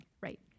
Right